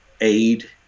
aid